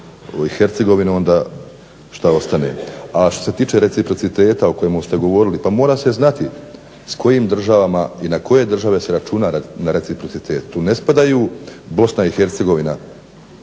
Hercegovinu onda šta ostane. A što se tiče reciprociteta o kojemu ste govorili, pa mora se znati s kojim državama i na koje države se računa na reciprocitet. Tu ne spadaju Bosna i Hercegovina